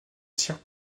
tiers